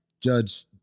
Judge